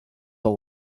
the